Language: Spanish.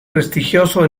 prestigioso